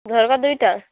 ଝରକା ଦୁଇଟା